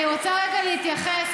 אני רוצה רגע להתייחס,